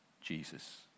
Jesus